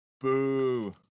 Boo